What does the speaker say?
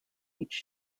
each